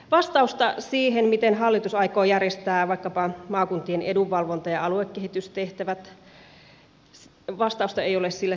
vastausta siihen miten hallitus aikoo järjestää vaikkapa maakuntien edunvalvonta ja aluekehitystehtävät ei ole saatu